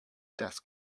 desk